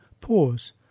pause